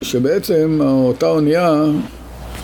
שבעצם אותה אונייה...